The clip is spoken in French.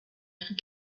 écrit